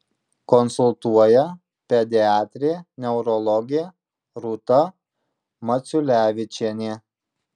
konsultuoja pediatrė neurologė rūta maciulevičienė